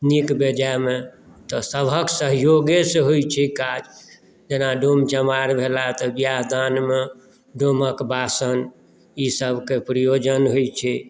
नीक बेजायमे तऽ सभक सहयोगे से होइत छै काज जेना डोम चमाड़ भेलाह तऽ बियाह दानमे डोमक वासन ई सभके प्रयोजन होइत छै